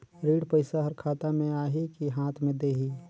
ऋण पइसा हर खाता मे आही की हाथ मे देही?